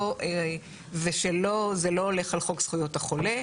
ולא, זה לא הולך על חוק זכויות החולה.